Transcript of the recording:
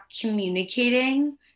communicating